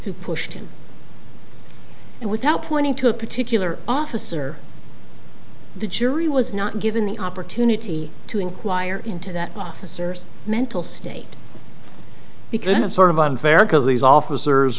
who pushed him and without pointing to a particular officer the jury was not given the opportunity to inquire into that officers mental state because it's sort of unfair because these officers